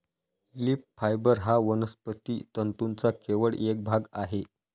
leaf fibre हा वनस्पती तंतूंचा केवळ एक भाग आहे